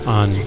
on